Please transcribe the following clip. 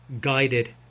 guided